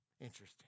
Interesting